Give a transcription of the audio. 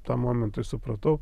tam momentui supratau